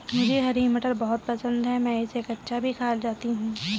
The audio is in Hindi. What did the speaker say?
मुझे हरी मटर बहुत पसंद है मैं इसे कच्चा भी खा जाती हूं